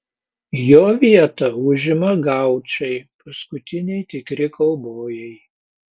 jo vietą užima gaučai paskutiniai tikri kaubojai